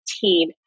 team